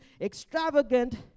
extravagant